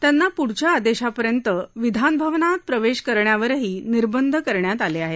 त्यांना पुढच्या आदेशापर्यंत विधान भवनात प्रवेश करण्यावरही निर्बंध करण्यात आले आहेत